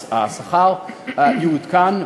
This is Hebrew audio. אז השכר יעודכן,